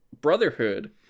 brotherhood